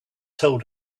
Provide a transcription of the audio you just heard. told